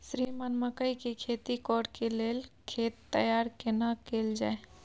श्रीमान मकई के खेती कॉर के लेल खेत तैयार केना कैल जाए?